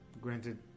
Granted